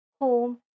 home